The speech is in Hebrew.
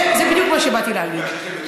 זה בדיוק מה שבאתי להגיד.